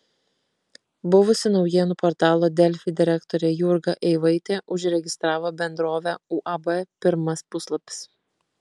buvusi naujienų portalo delfi direktorė jurga eivaitė užregistravo bendrovę uab pirmas puslapis